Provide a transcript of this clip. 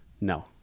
No